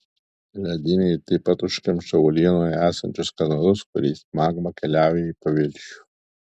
ledynai taip pat užkemša uolienoje esančius kanalus kuriais magma keliauja į paviršių